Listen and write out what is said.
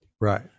Right